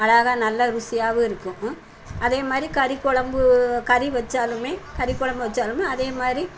அழகா நல்ல ருசியாகவும் இருக்கும் அதே மாதிரி கறி கொழம்பு கறி வைச்சாலுமே கறி கொழம்பு வைச்சாலுமே அதே மாதிரி